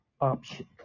option